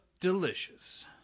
delicious